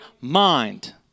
mind